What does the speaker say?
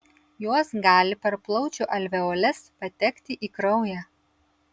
jos gali per plaučių alveoles patekti į kraują